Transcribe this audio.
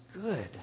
good